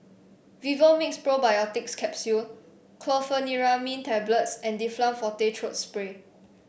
Vivomixx Probiotics Capsule Chlorpheniramine Tablets and Difflam Forte Throat Spray